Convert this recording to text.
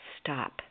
Stop